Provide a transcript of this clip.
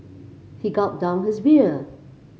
he gulped down his beer